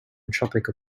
tropical